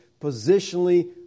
positionally